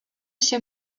się